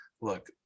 look